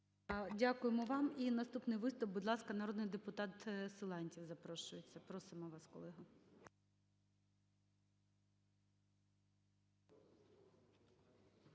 Дякуємо вам. І наступний виступ. Будь ласка, народний депутат Силантьєв запрошується. Просимо вас, колего.